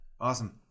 Awesome